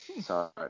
Sorry